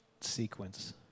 sequence